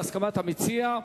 בהסכמת המציע,